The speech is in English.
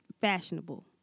fashionable